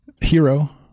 hero